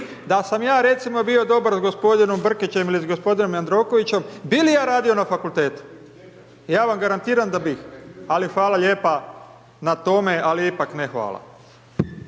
da sam ja recimo bio dobar s gospodinom Brkićem ili gospodinom Jandrokovićem, bi li ja radio na fakultetu, ja vam garantiram da bi. Ali, hvala lijepo na tome, ali ipak ne hvala.